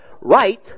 Right